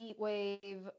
Heatwave